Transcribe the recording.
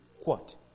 quote